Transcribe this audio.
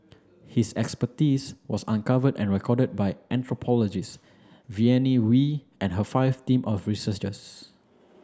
his expertise was uncovered and recorded by anthropologist Vivienne Wee and her five team of researchers